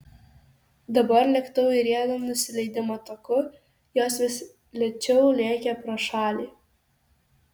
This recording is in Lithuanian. dabar lėktuvui riedant nusileidimo taku jos vis lėčiau lėkė pro šalį